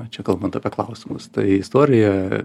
čia kalbant apie klausimus tai istorija